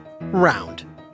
Round